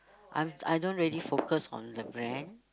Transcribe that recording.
I'm I don't really focus on the brand